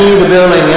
מה היא אמורה לעשות?